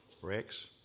Rex